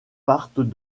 partent